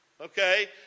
okay